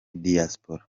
diaspora